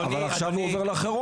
אבל עכשיו הוא רק עובר לחירום,